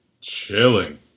chilling